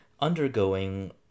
undergoing